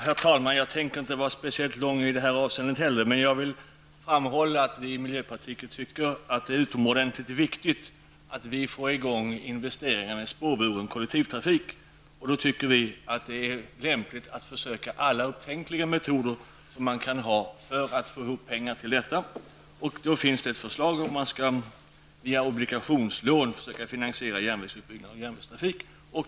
Herr talman! Jag tänker inte vara speciellt mångordig i det här avseendet heller, men jag vill framhålla att vi i miljöpartiet tycker att det är utomordentligt viktigt att vi får i gång investeringar i spårburen kollektivtrafik. Vi tycker att det är lämpligt att försöka med alla upptänkliga metoder för att få pengar till detta. Det finns ett förslag om att man via obligationslån skall försöka finansiera järnvägsutbyggnaden och järnvägstrafiken.